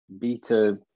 beta